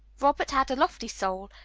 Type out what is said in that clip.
robert had a lofty soul,